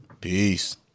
peace